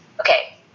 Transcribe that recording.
Okay